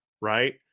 right